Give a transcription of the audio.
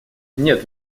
нет